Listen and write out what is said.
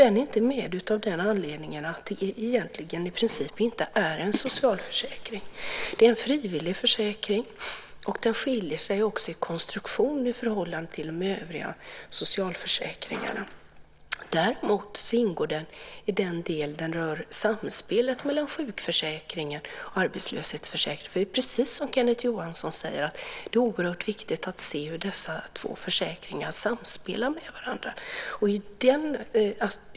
Den är inte med av den anledningen att den i princip inte är en socialförsäkring. Det är en frivillig försäkring. Den skiljer sig också i konstruktionen från de övriga socialförsäkringarna. Däremot ingår den i den del den rör samspelet mellan sjukförsäkringen och arbetslöshetsförsäkringen. Det är precis som Kenneth Johansson säger. Det är oerhört viktigt att se hur dessa två försäkringar samspelar med varandra.